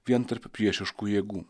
vien tarp priešiškų jėgų